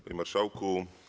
Panie Marszałku!